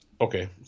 Okay